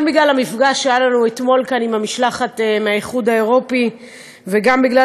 גם בגלל המפגש שהיה לנו אתמול כאן עם המשלחת מהאיחוד האירופי וגם בגלל